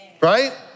right